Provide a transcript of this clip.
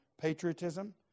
patriotism